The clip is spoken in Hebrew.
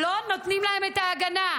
לא נותנים להם את ההגנה.